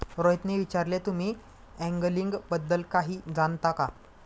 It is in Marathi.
रोहितने विचारले, तुम्ही अँगलिंग बद्दल काही जाणता का?